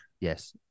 yes